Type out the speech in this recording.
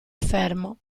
fermo